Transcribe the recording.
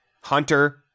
Hunter